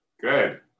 Good